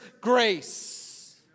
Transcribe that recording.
grace